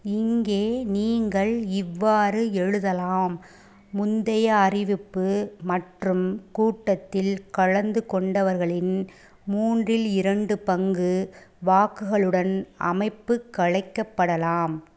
இங்கே நீங்கள் இவ்வாறு எழுதலாம் முந்தைய அறிவிப்பு மற்றும் கூட்டத்தில் கலந்து கொண்டவர்களின் மூன்றில் இரண்டு பங்கு வாக்குகளுடன் அமைப்பு கலைக்கப்படலாம்